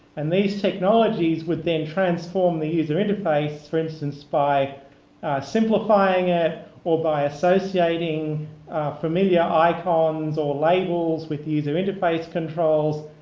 and these technologies would then transform the user interface, for instance, by simplifying it or by associating familiar icons or labels with user interface controls,